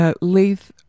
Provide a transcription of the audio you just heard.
Leith